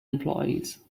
employees